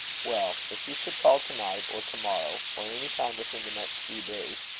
well, if he should call to-night, or to-morrow, or any time within the next few days,